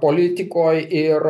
politikoj ir